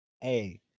Hey